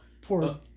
Poor